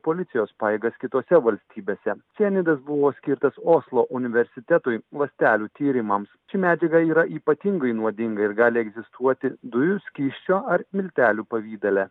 policijos pajėgas kitose valstybėse cianidas buvo skirtas oslo universitetui ląstelių tyrimams ši medžiaga yra ypatingai nuodinga ir gali egzistuoti dujų skysčio ar miltelių pavidale